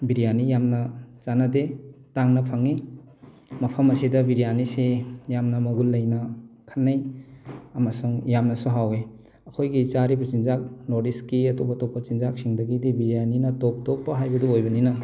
ꯕꯤꯔꯌꯥꯅꯤ ꯌꯥꯝꯅ ꯆꯥꯟꯅꯗꯦ ꯇꯥꯡꯅ ꯐꯪꯉꯤ ꯃꯐꯝ ꯑꯁꯤꯗ ꯕꯤꯔꯌꯥꯅꯤꯁꯤ ꯌꯥꯝꯅ ꯃꯒꯨꯟ ꯂꯩꯅ ꯈꯟꯅꯩ ꯑꯃꯁꯨꯡ ꯌꯥꯝꯅꯁꯨ ꯍꯥꯎꯋꯤ ꯑꯩꯈꯣꯏꯒꯤ ꯆꯥꯔꯤꯕ ꯆꯤꯟꯖꯥꯛ ꯅꯣꯔꯠ ꯏꯁꯀꯤ ꯑꯇꯣꯞ ꯑꯇꯣꯞꯄ ꯆꯤꯟꯖꯥꯛ ꯁꯤꯡꯗꯒꯤꯗꯤ ꯕꯤꯔꯌꯥꯅꯤꯅ ꯇꯣꯞ ꯇꯣꯞꯄ ꯍꯥꯏꯕꯗꯨ ꯑꯣꯏꯕꯅꯤꯅ